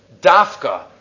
dafka